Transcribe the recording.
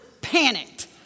panicked